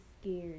scared